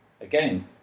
Again